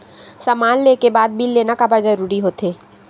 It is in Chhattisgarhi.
समान ले के बाद बिल लेना काबर जरूरी होथे?